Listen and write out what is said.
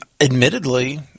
admittedly